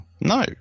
No